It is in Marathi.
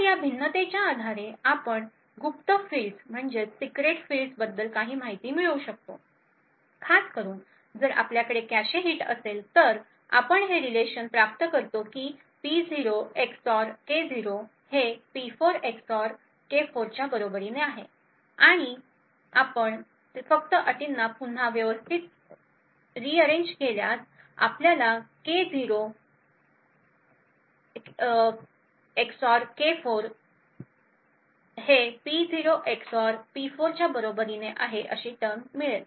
तर या भिन्नतेच्या आधारे आपण या गुप्त फील्ड्स बद्दल काही माहिती मिळवू शकतो खासकरून जर आपल्याकडे कॅशे हिट असेल तर आपण हे संबंध प्राप्त करतो की P0 एक्सऑर K0हे P4 एक्सऑर K4 च्या बरोबरीने आहे आणि आपण फक्त अटींना पुन्हा व्यवस्थित केल्यास आपल्याला K0 एक्सऑर K4 हे P0 एक्सऑर P4 च्या बरोबरीने आहे अशी टर्म मिळेल